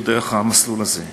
הוא דרך המסלול הזה.